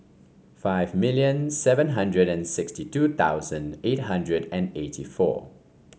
five million seven hundred and sixty two thousand eight hundred and eighty four